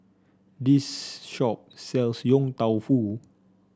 this shop sells Yong Tau Foo